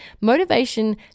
motivation